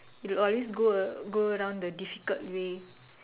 you always go go around the difficult way